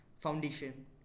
foundation